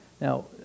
Now